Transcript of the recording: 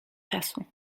czasu